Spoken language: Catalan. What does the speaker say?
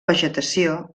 vegetació